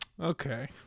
Okay